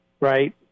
right